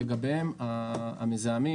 המזהמים,